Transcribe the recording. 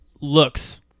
looks